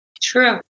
true